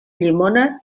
llimona